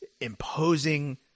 imposing